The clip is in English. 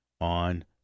on